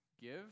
give